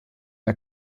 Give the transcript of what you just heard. der